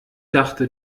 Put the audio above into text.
dachte